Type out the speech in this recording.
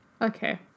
Okay